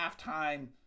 halftime